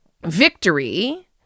victory